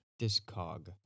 Discog